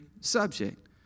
subject